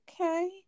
okay